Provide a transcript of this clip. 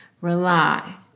rely